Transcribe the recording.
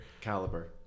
Caliber